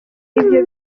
ibyo